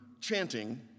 chanting